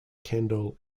kendall